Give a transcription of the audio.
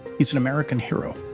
he's an american hero.